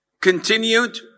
continued